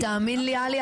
תאמין לי עלי,